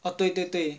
oh 对对对